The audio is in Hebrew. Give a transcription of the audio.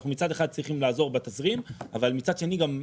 אנחנו מצד אחד צריכים לעזור בתזרים אבל מצד שני גם,